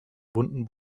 wunden